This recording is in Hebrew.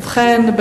ובכן,